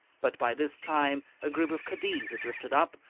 but by this time a group of kaddiz had drifted up,